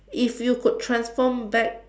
if you could transform back